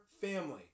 family